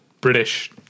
British